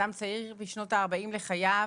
אדם צעיר בשנות הארבעים לחייו,